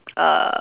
uh